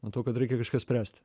nuo to kad reikia kažką spręst